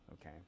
okay